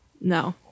No